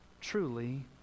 truly